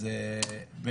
אז הוא חשוב לכולם.